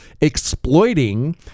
exploiting